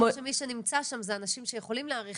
שמי שנמצא שם זה אנשים שיכולים להעריך